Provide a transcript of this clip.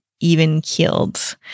even-keeled